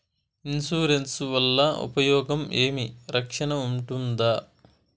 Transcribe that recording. Insurance వల్ల ఉపయోగం ఏమి? రక్షణ ఉంటుందా?